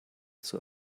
zur